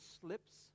slips